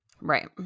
Right